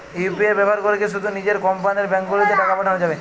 UPI ব্যবহার করে কি শুধু নিজের কোম্পানীর ব্যাংকগুলিতেই টাকা পাঠানো যাবে?